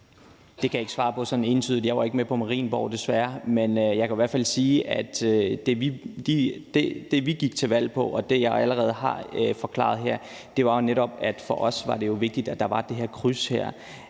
Det kan jeg ikke svare entydigt på. Jeg var desværre ikke med på Marienborg, men jeg kan i hvert fald sige, at det, som vi gik til valg på, som jeg allerede har forklaret her, jo netop var, at det for os var vigtigt, at der var det her kryds med,